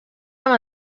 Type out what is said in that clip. amb